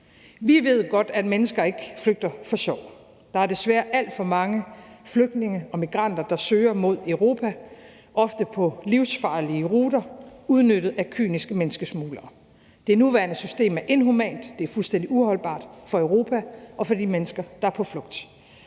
Vi ved godt, at mennesker ikke flygter for sjov. Der er desværre alt for mange flygtninge og migranter, der søger mod Europa, ofte på livsfarlige ruter og udnyttet af kyniske menneskesmuglere. Det nuværende system er inhumant. Det er fuldstændig uholdbart for Europa og for de mennesker, der er på flugt.